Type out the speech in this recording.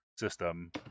System